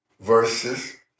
verses